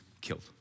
killed